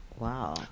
wow